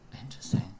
Interesting